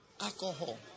alcohol